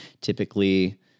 typically